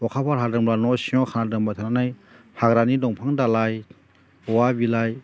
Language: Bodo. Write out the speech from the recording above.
अखाफोर हादोंब्ला न' सिङाव खानानै दोनबाय थानानै हाग्रानि दंफां दालाय औवा बिलाइ